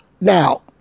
Now